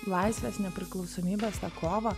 laisvės nepriklausomybės kovą